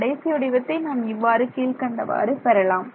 கடைசி வடிவத்தை நாம் இவ்வாறு கீழ்க்கண்டவாறு பெறலாம்